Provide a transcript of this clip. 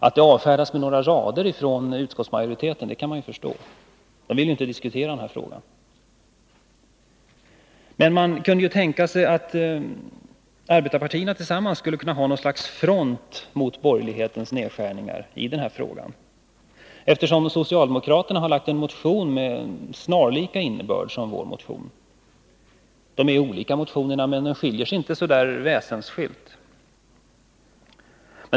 Att utskottsmajoriteten avfärdar motionen med några rader kan jag förstå. Man vill inte diskutera frågan. Men det kunde ju tänkas att arbetarpartierna tillsammans skulle kunna bilda något slags front mot borgerlighetens nedskärningar i den här frågan, eftersom socialdemokraterna har väckt en motion med en innebörd snarlik vår motions. Motionerna är olika men de är inte väsensskilda.